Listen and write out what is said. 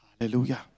Hallelujah